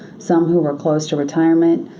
some who were close to retirement,